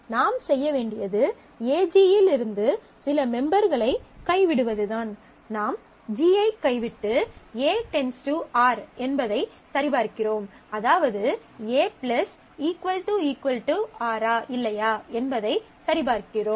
நாம் செய்ய வேண்டியது AG யிலிருந்து சில மெம்பர்களைக் கைவிடுவதுதான் நாம் G ஐ கைவிட்டு A → R என்பதைச் சரிபார்க்கிறோம் அதாவது A R ஆ இல்லையா என்பதைச் சரிபார்க்கிறோம்